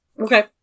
Okay